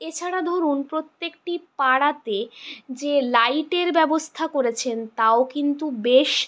এছাড়া ধরুন প্রত্যেকটি পাড়াতে যে লাইটের ব্যবস্থা করেছেন তাও কিন্তু বেশ